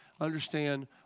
understand